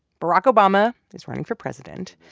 barack obama is running for president,